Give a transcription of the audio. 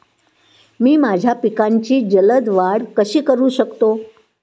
मी माझ्या पिकांची जलद वाढ कशी करू शकतो?